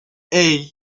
hey